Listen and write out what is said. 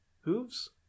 hooves